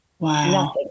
Wow